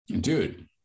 dude